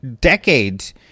decades